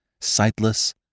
sightless